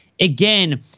again